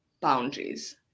boundaries